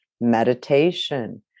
meditation